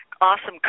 awesome